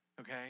Okay